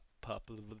popular